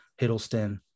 Hiddleston